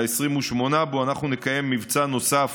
ל-28 בו אנחנו נקיים מבצע נוסף